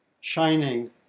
shining